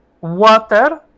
water